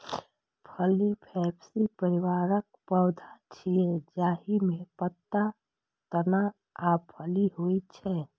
फली फैबेसी परिवारक पौधा छियै, जाहि मे पात, तना आ फली होइ छै